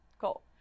Cool